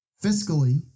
fiscally